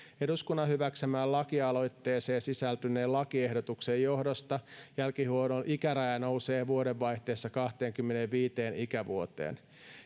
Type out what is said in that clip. eduskunnan hyväksymään lakialoitteeseen sisältyneen lakiehdotuksen johdosta jälkihuollon ikäraja nousee vuodenvaihteessa kahteenkymmeneenviiteen ikävuoteen